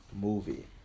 movie